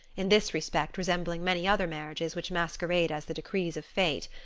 in this respect resembling many other marriages which masquerade as the decrees of fate.